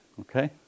Okay